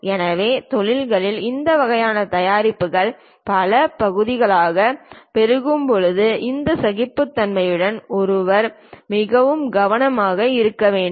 எனவே தொழில்கள் இந்த வகையான தயாரிப்புகளை பல பகுதிகளாகப் பெருக்கும்போது இந்த சகிப்புத்தன்மையுடன் ஒருவர் மிகவும் கவனமாக இருக்க வேண்டும்